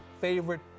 favorite